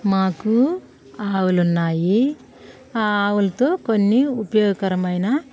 మాకు ఆవులున్నాయి ఆ ఆవులతో కొన్ని ఉపయోగకరమైన